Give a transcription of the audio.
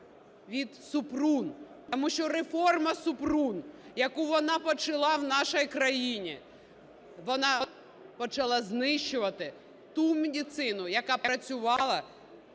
від Супрун. Тому що реформа Супрун, яку вона почала в нашій країні, вона почала знищувати ту медицину, яка працювала